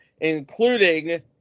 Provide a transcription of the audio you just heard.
including